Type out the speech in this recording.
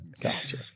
Gotcha